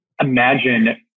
imagine